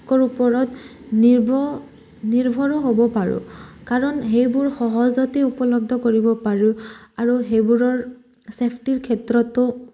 কৰ ওপৰত নিৰ্ভৰ নিৰ্ভৰো হ'ব পাৰোঁ কাৰণ সেইবোৰ সহজতে উপলব্ধ কৰিব পাৰোঁ আৰু সেইবোৰৰ ছেফটিৰ ক্ষেত্ৰতো